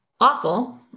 awful